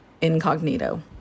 incognito